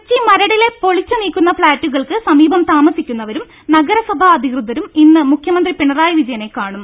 കൊച്ചി മരടിലെ പൊളിച്ചു നീക്കുന്ന ഫ്ളാറ്റുകൾക്ക് സമീപം താമസിക്കുന്നവരും നഗരസഭാ അധികൃതരും ഇന്ന് മുഖ്യമന്ത്രി പിണറായി വിജയനെ കാണും